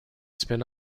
spin